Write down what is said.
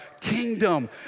kingdom